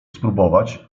spróbować